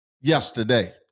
yesterday